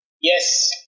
yes